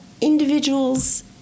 individuals